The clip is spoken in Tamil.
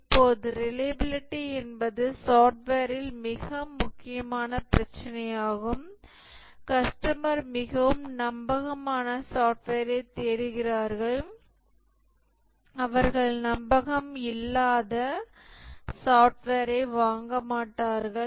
இப்போது ரிலையபிலிடி என்பது சாஃப்ட்வேரில் மிக முக்கியமான பிரச்சினையாகும் கஸ்டமர் மிகவும் நம்பகமான சாஃப்ட்வேரை தேடுகிறார்கள் அவர்கள் நம்பகம் இல்லாத சாப்ட்வேரை வாங்க மாட்டார்கள்